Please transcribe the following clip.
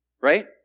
Right